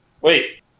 Wait